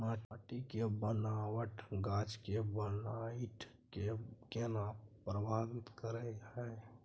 माटी के बनावट गाछ के बाइढ़ के केना प्रभावित करय हय?